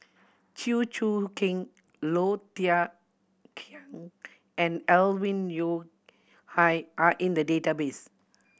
Chew Choo Keng Low Thia Khiang and Alvin Yeo Khirn Hai are in the database